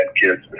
kids